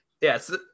Yes